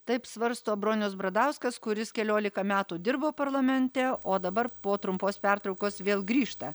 taip svarsto bronius bradauskas kuris keliolika metų dirbo parlamente o dabar po trumpos pertraukos vėl grįžta